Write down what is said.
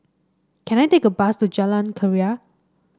can I take a bus to Jalan Keria